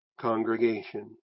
congregation